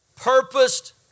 purposed